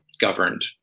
governed